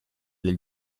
del